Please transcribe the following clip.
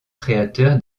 créateur